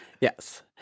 yes